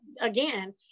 again